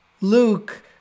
Luke